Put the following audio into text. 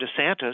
DeSantis